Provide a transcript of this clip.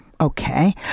okay